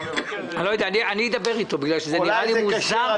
אני אדבר אתו בגלל שכל הדבר הזה נראה לי מוזר.